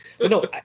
No